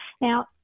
Now